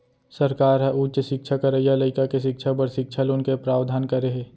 सरकार ह उच्च सिक्छा करइया लइका के सिक्छा बर सिक्छा लोन के प्रावधान करे हे